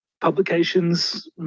publications